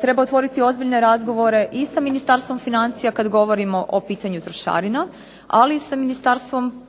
treba otvoriti ozbiljne razgovore i sa Ministarstvom financija kad govorimo o pitanju trošarina, ali i sa Ministarstvom